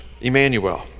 Emmanuel